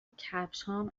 کفشهام